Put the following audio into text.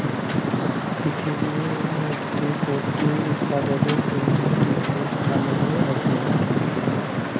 পিরথিবির মধ্যে ভারতে পল্ট্রি উপাদালের জনহে তৃতীয় স্থালে আসে